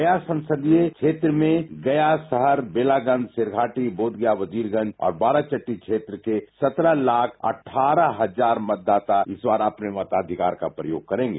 गया संसदीय क्षेत्र में में गया शहर बेलागंज शेरघाटी बोधगया वजीरगंज और बाराचट्टी क्षेत्र के सत्रह लाख अठार हजार मतदाता इस बार अपने मताधिकार का प्रयोग करेंगे